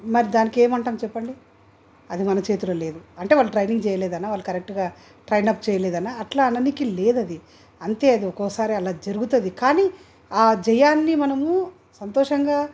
మరి దానికి ఏమంటాము చెప్పండి అది మన చేతిలో లేదు అంటే వాళ్ళు ట్రైనింగ్ చేయలేదనా వాళ్ళు కరెక్ట్గా ట్రైనప్ చేయలేదనా అట్లా అననీకి లేదు అది అంతే అది ఒక్కోసారి అలా జరుగుతుంది కానీ ఆ జయాన్ని మనము సంతోషంగా